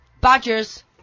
badgers